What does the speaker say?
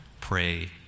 pray